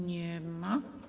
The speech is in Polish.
Nie ma.